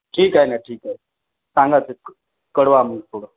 ठीक आहे ना ठीक आहे सांगाच कळवा मी